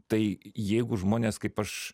tai jeigu žmonės kaip aš